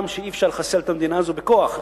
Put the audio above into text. שאי-אפשר לחסל את המדינה הזאת בכוח,